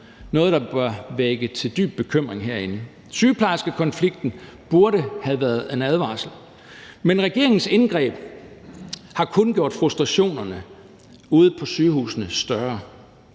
noget, der bør vække dyb bekymring herinde. Sygeplejerskekonflikten burde have været en advarsel. Men regeringens indgreb har kun gjort frustrationerne ude på sygehusene større.